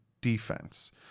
defense